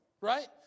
right